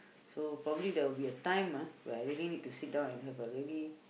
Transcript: so probably there'll be a time ah where I really need to sit down and have a really